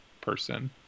person